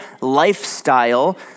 lifestyle